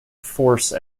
force